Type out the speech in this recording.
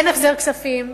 אין החזר כספים,